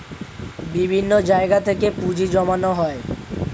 বিভিন্ন জায়গা থেকে পুঁজি জমানো হয়